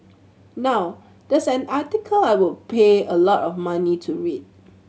now that's an article I would pay a lot of money to read